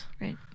Right